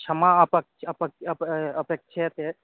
क्षमा अपेक्ष्ये अपेक्ष्ये अपि अपेक्ष्यते